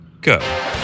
Go